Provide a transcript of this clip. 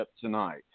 tonight